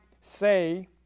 say